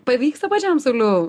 pavyksta pačiam sauliau